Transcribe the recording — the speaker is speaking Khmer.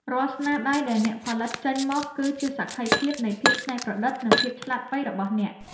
រាល់ស្នាដៃដែលអ្នកផលិតចេញមកគឺជាសក្ខីភាពនៃភាពច្នៃប្រឌិត និង ភាពឆ្លាតវៃរបស់អ្នក។